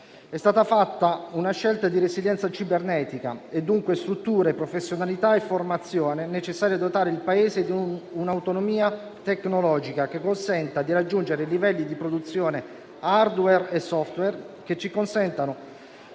È stata fatta una scelta di resilienza cibernetica (dunque strutture, professionalità e formazione), necessaria a dotare il Paese di un'autonomia tecnologica che consenta di raggiungere livelli di produzione *hardware* e *software* che ci rendano